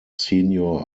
senior